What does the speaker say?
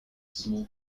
small